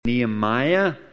Nehemiah